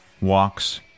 walks